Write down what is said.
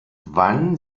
wann